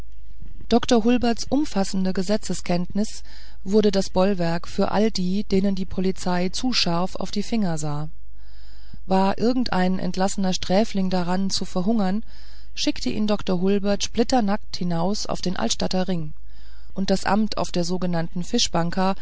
dr hulberts umfassende gesetzeskenntnis wurde das bollwerk für alle die denen die polizei zu scharf auf die finger sah war irgendein entlassener sträfling daran zu verhungern schickte ihn dr hulbert splitternackt hinaus auf den altstadter ring und das amt auf der sogenannten